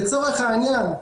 לצורך העניין,